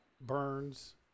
Burns